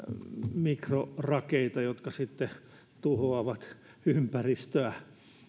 mikrorakeita jotka sitten tuhoavat ympäristöä